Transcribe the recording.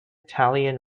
italian